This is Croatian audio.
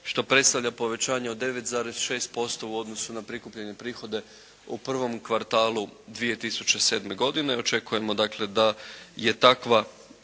što predstavlja povećanje od 9,6% u odnosu na prikupljene prihode u prvom kvartalu 2007. godine. Očekujemo dakle da